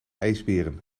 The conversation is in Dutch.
ijsberen